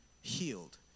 healed